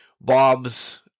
Bob's